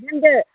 दोनदो